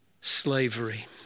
slavery